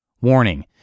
Warning